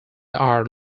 are